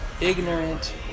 ignorant